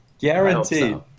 Guaranteed